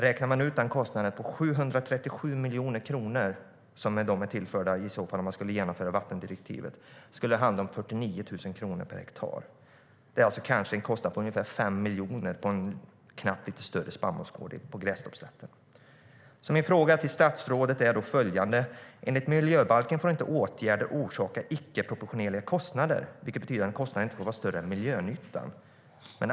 Räknar man på den kostnad på 737 miljoner kronor som de blir påförda om vattendirektivet genomförs skulle det handla om 49 000 kronor per hektar. Det är en kostnad på ungefär 5 miljoner för en lite större spannmålsgård på Grästorpsslätten.Min fråga till statsrådet är följande. Enligt miljöbalken får åtgärder inte orsaka icke-proportionerliga kostnader, vilket betyder att kostnaderna inte får vara större än miljönyttan.